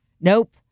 Nope